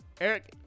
Eric